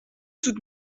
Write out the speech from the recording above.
toute